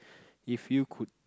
if you could